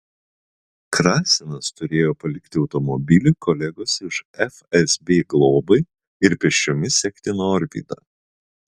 krasinas turėjo palikti automobilį kolegos iš fsb globai ir pėsčiomis sekti norvydą